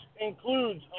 includes